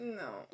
no